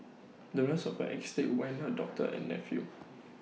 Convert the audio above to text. the rest of her estate went to her doctor and nephew